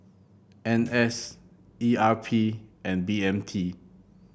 N S E R P and B M T